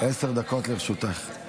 עשר דקות לרשותך.